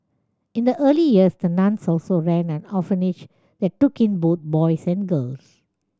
in the early years the nuns also ran an orphanage that took in both boys and girls